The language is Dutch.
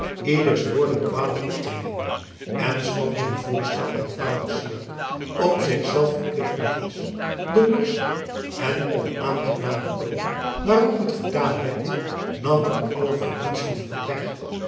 ieders woorden kwalijk op te nemen en schoon zijn voorstel aan vader syard op zich zelf verplichtend was de norsche en onaangename toon waarop het gedaan werd nam er alle verdiensten van weg